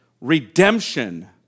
redemption